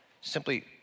Simply